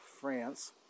France